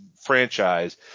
franchise